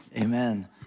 Amen